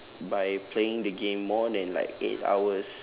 by playing the game more than like eight hours